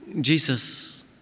Jesus